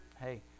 hey